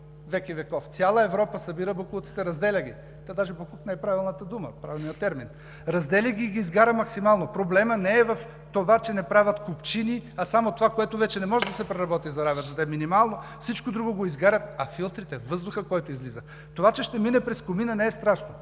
веки веков. Цяла Европа събира боклуците, разделя ги. Даже боклук не е правилната дума, правилният термин. Разделя ги и ги изгаря максимално. Проблемът не е в това, че не правят купчини, а само това, което вече не може да се преработи, заравят, за да е минимално. Всичко друго го изгарят, а филтрите, въздухът, който излиза?! Това, че ще мине през комина, не е страшно,